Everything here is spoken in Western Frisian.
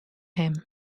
him